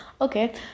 Okay